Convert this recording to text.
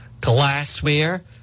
glassware